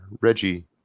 Reggie